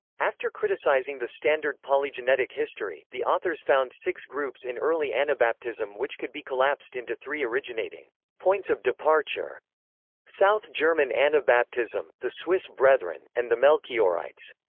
after criticizing the standard polygenetic history, the authors found six groups in early anabaptism which could be collapsed into three originating points of departure south german anabaptism, the swiss brethren, and the melchiorites.